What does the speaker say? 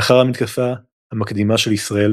לאחר המתקפה המקדימה של ישראל,